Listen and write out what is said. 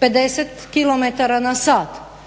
50 km/h onda